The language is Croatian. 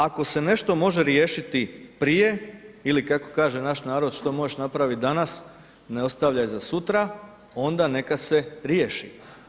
Ako se nešto može riješiti prije ili kako kaže naš narod, što možeš napravit danas, ne ostavlja za sutra, onda neka se riješi.